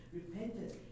repentance